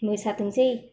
मोसाथोंसै